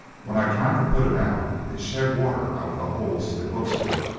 when i tried to put it out it shed water out of the holes it looks with,